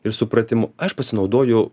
ir supratimu aš pasinaudoju